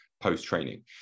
post-training